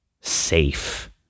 safe